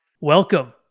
Welcome